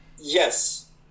Yes